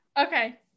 Okay